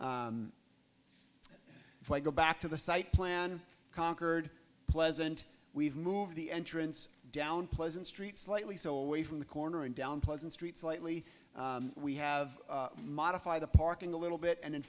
if i go back to the site plan conquered pleasant we've moved the entrance down pleasant street slightly so away from the corner and down pleasant street slightly we have modified the parking a little bit and in